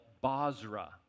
Basra